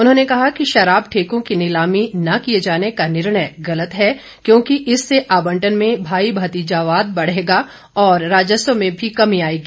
उन्होंने कहा कि शराब ठेको की नीलामी न किए जाने का निर्णय गलत है क्योंकि इससे आबंटन में भाई भतीजावाद बढ़ेगा और राजस्व में भी कमी आएगी